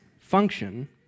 function